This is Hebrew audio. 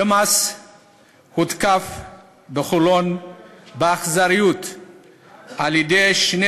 דמאס הותקף בחולון באכזריות על-ידי שני